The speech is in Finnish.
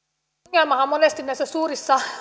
ongelmahan monesti näissä suurissa